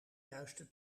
juiste